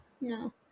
No